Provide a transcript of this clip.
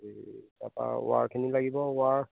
এই তাৰপৰা ৱাৰখিনি লাগিব ৱাৰ